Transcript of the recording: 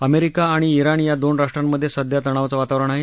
America आणि विण या दोन राष्ट्रांमध्ये सध्या तणावाचं वातावरण आहे